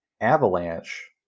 Avalanche